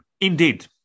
Indeed